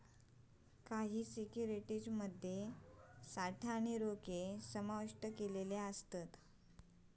काही सिक्युरिटीज मध्ये साठा आणि रोखे समाविष्ट असत